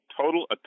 total